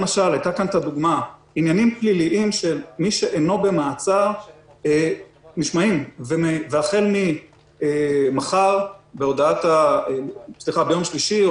עניינים פליליים של מי שאיננו במעצר נשמעים והחל מיום שלישי על